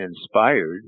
inspired